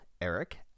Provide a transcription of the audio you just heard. eric